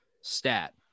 stat